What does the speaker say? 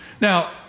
Now